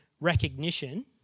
recognition